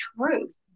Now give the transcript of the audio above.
truth